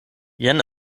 jen